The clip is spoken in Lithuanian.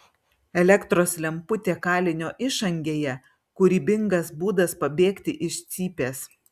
elektros lemputė kalinio išangėje kūrybingas būdas pabėgti iš cypės